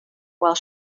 while